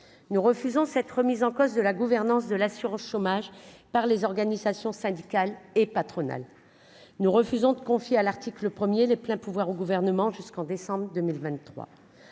nous refusons cette remise en cause de la gouvernance de l'assurance chômage par les organisations syndicales et patronales, nous refusons de confier à l'article 1er les pleins pouvoirs au gouvernement jusqu'en décembre 2023,